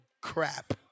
crap